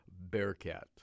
Bearcat